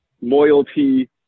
loyalty